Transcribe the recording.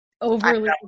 overly